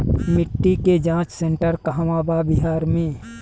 मिटी के जाच सेन्टर कहवा बा बिहार में?